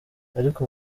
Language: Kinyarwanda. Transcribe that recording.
ariko